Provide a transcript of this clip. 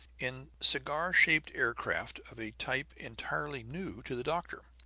in cigar-shaped aircraft of a type entirely new to the doctor.